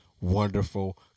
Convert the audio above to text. wonderful